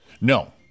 No